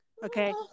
Okay